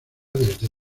desde